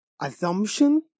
assumption